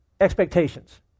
expectations